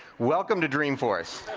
welcome to dreamforce.